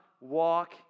walk